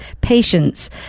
patients